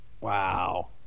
Wow